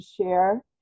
share